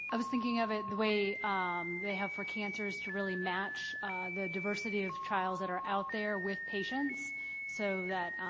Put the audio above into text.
i was thinking of it the way they have for cancer is to really match the diversity of trials that are out there with patients so that,